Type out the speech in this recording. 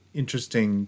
interesting